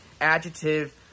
adjective